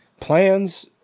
plans